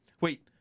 Wait